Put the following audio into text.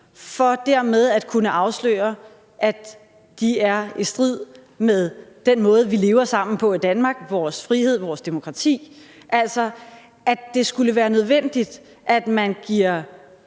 for dermed at kunne afsløre, at de er i strid med den måde, vi lever sammen på i Danmark – vores frihed, vores demokrati – altså at det skulle være nødvendigt, at man i